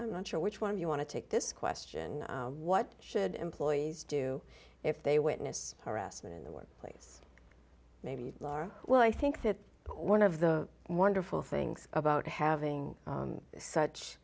i'm not sure which one you want to take this question what should employ is do if they witness harassment in the workplace maybe well i think that one of the wonderful things about having such